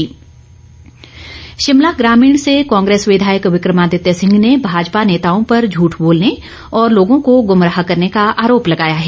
विक्रमादित्य शिमला ग्रामीण से कांग्रेस विधायक विक्रमादित्य सिंह ने भाजपा नेताओं पर झठ बोलने और लोगों को ग्रमराह करने का आरोप लगाया है